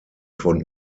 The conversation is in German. von